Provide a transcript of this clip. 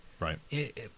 Right